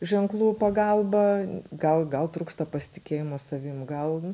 ženklų pagalba gal gal trūksta pasitikėjimo savim gal